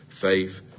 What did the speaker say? faith